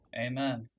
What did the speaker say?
Amen